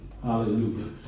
Hallelujah